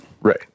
Right